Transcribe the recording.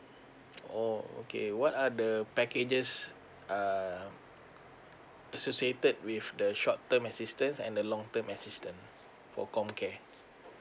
oh okay what are the packages uh associated with the short term assistance and the long term assistance them for comcare